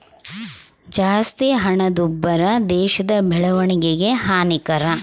ಜಾಸ್ತಿ ಹಣದುಬ್ಬರ ದೇಶದ ಬೆಳವಣಿಗೆಗೆ ಹಾನಿಕರ